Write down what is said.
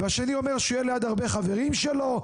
והשני אומר שהוא יהיה ליד הרבה חברים שלו,